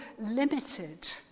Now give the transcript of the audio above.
limited